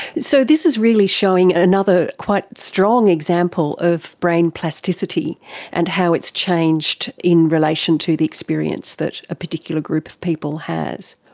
so this is really showing another quite strong example of brain plasticity and how it's changed in relation to the experience that a particular group of people has.